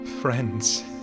Friends